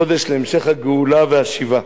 קודש להמשך הגאולה והשיבה.